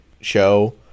show